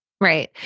Right